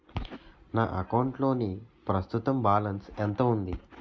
నా అకౌంట్ లోని ప్రస్తుతం బాలన్స్ ఎంత ఉంది?